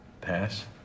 Pass